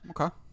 Okay